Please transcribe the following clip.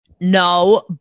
No